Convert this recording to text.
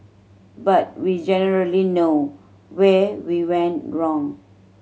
but we generally know where we went wrong